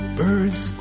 birds